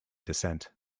descent